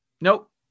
Nope